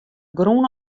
grûn